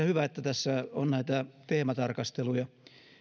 hyvä että tässä on näitä teematarkasteluja